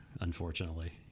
unfortunately